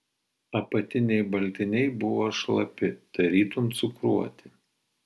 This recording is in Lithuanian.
apatiniai baltiniai buvo šlapi tarytum cukruoti